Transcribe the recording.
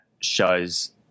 shows